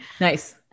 Nice